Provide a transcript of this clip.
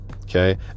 okay